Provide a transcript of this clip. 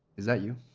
is that you?